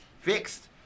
fixed